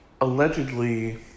allegedly